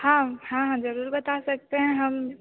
हाँ हाँ ज़रूर बता सकते हैं हम